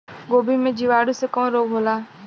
गोभी में जीवाणु से कवन रोग होला?